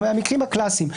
המקרים הקלאסיים,